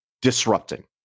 disrupting